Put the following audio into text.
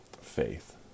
faith